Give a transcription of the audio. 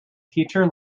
teacher